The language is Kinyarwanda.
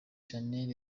shanel